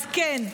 אז כן,